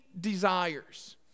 desires